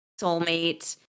soulmate